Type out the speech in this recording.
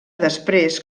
després